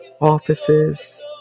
offices